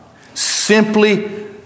simply